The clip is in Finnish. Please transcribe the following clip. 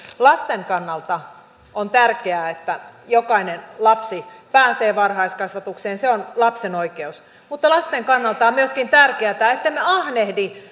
lasten kannalta on tärkeää että jokainen lapsi pääsee varhaiskasvatukseen se on lapsen oikeus mutta lasten kannalta on myöskin tärkeätä ettemme ahnehdi